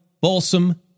balsam